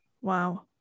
Wow